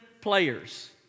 players